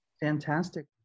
Fantastic